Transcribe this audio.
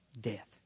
death